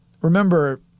remember